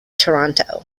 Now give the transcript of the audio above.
toronto